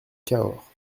cahors